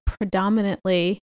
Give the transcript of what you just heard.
predominantly